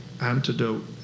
antidote